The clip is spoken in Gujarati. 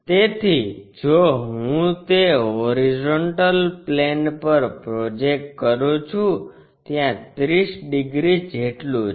તેથી જો હું તે હોરીઝોન્ટલ પ્લેન પર પ્રોજેકટ કરું છું ત્યાં 30 ડિગ્રી જેટલું છે